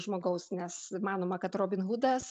žmogaus nes manoma kad robin hudas